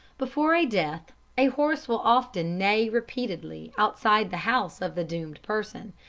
before a death a horse will often neigh repeatedly outside the house of the doomed person,